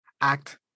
act